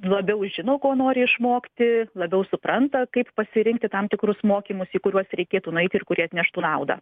labiau žino ko nori išmokti labiau supranta kaip pasirinkti tam tikrus mokymus į kuriuos reikėtų nueiti ir kurie atneštų naudą